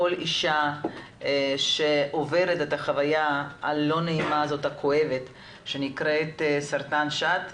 כל אישה שעוברת את החוויה הלא נעימה והכואבת הזאת שנקראת סרטן שד,